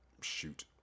shoot